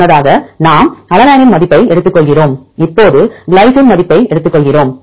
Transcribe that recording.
முன்னதாக நாம் அலனைனின் மதிப்பை எடுத்துக்கொள்கிறோம் இப்போது கிளைசின் மதிப்பை எடுத்துக்கொள்கிறோம்